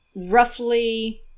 Roughly